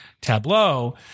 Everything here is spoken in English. tableau